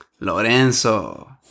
Lorenzo